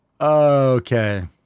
Okay